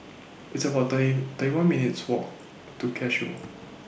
It's about thirty one minutes' Walk to Cashew